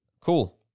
Cool